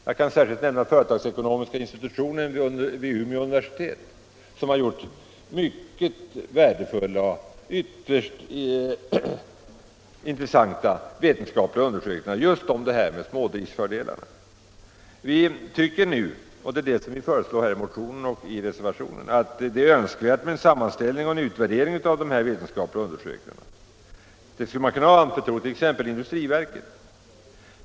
Jag vill särskilt nämna företagsekonomiska institutionen vid Umeå universitet, som har gjort utomordentliga vetenskapliga undersökningar just om smådriftens fördelar. Vi tycker nu, och det har vi föreslagit i motionen och i reservationen, att det är önskvärt med en sammanställning och en utvärdering av dessa undersökningar. Det skulle man t.ex. kunna anförtro industriverket.